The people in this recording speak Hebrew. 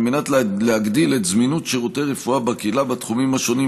על מנת להגדיל את זמינות שירותי רפואה בקהילה בתחומים השונים,